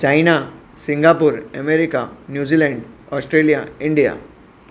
China Singapore America New Zealand Australia India